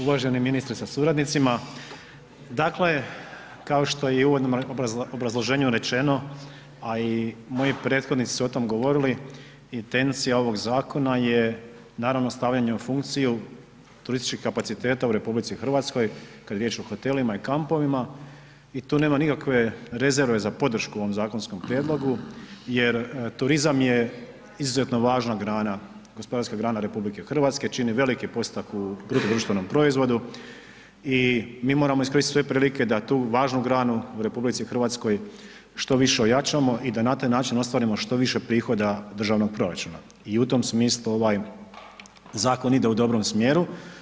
Uvaženi ministre sa suradnicima, dakle kao što je i u uvodnom obrazloženju rečeno, a i moji prethodnici su o tome govorili intencija ovog zakona je naravno stavljanje u funkciju turističkih kapaciteta u RH kad je riječ o hotelima i kampovima i tu nema nikakve rezerve za podršku ovom zakonskom prijedlogu jer turizam je izuzetno važna grana, gospodarska grana RH, čini veliki postotak BDP-u i mi moramo iskoristiti sve prilike da tu važnu granu u RH što više ojačamo i da na taj način ostvarimo što više prihoda državnog proračuna i u tom smislu ovaj zakon ide u dobrom smjeru.